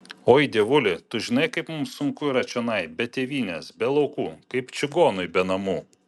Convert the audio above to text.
oi dievuli tu žinai kaip mums sunku yra čionai be tėvynės be laukų kaip čigonui be namų